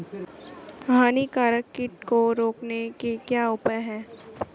हानिकारक कीट को रोकने के क्या उपाय हैं?